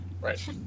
Right